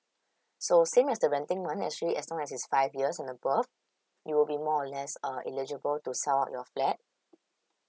so same as the renting one actually as long as it's five years and above you will be more or less uh illegible to sell out your flat